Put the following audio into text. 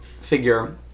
figure